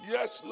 Yes